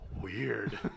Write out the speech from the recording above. Weird